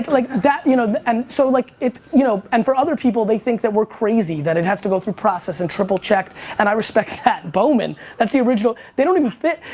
like that you know and so like you know, and for other people they think that we're crazy that it has to go through process and triple check and i respect that, bowmen that's the original, they don't even fit,